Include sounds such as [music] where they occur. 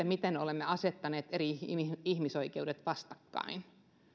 [unintelligible] miten olemme asettaneet eri ihmisoikeudet vastakkain